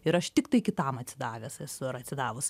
ir aš tiktai kitam atsidavęs esu ar atsidavus